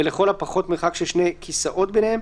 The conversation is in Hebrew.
ולכל הפחות מרחק של שני כיסאות ביניהם,